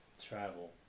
Travel